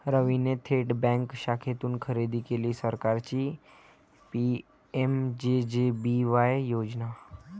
रवीने थेट बँक शाखेतून खरेदी केली सरकारची पी.एम.जे.जे.बी.वाय योजना